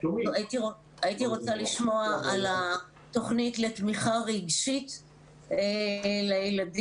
הייתי רוצה לשמוע על התוכניות לתמיכה רגשית לילדים,